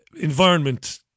environment